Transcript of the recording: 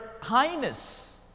Highness